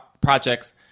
projects